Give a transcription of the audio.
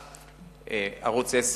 ערוץ-10,